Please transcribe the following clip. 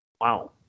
Wow